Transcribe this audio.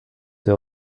der